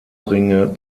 ringe